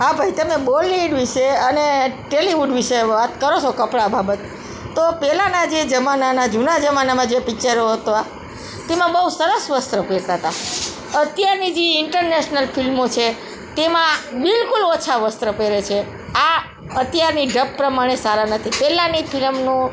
હા ભાઈ તમે બોલિવૂડ વિશે અને ટેલિવૂડ વિશે વાત કરો છો કપડા બાબત તો પહેલાંના જે જમાનામાં જે જૂના જમાનામાં જે પિક્ચરો હતા એમાં બહુ સરસ વસ્ત્રો પહેરતા હતા અત્યારની જે ઇન્ટરનેશનલ ફિલ્મો છે એમાં બિલકુલ ઓછા વસ્ત્ર પહેરે છે આ અત્યારની ઢબ પ્રમાણે સારા નથી પહેલાંની ફિલમનું